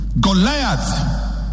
Goliath